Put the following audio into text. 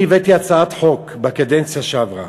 אני הבאתי הצעת חוק בקדנציה שעברה,